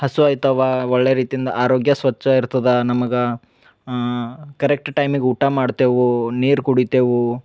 ಹಸುವ್ ಆಗ್ತವ ಒಳ್ಳೆಯ ರೀತಿಂದ ಆರೋಗ್ಯ ಸ್ವಚ್ಛ ಇರ್ತದೆ ನಮ್ಗೆ ಕರೆಕ್ಟ್ ಟೈಮಿಗೆ ಊಟ ಮಾಡ್ತೇವೆ ನೀರು ಕುಡಿತೇವೆ